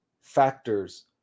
factors